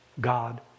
God